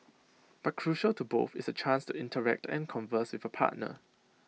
but crucial to both is A chance to interact and converse with A partner